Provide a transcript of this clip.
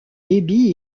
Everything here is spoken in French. débit